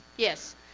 Yes